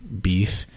beef